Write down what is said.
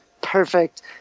perfect